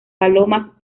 palomas